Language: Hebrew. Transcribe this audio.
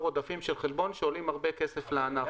עודפים של חלבון שעולים הרבה כסף לענף.